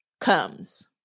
comes